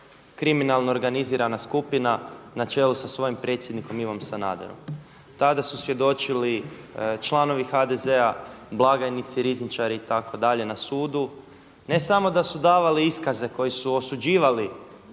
kriminalna organizirana skupina na čelu sa svojim predsjednikom Ivom Sanaderom. Tada su svjedočili članovi HDZ-a, blagajnici, rizničari itd. na sudu. Ne samo da su davali iskaze koji su osuđivali